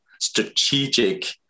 strategic